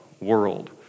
world